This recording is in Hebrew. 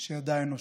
שידעה האנושות.